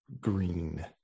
green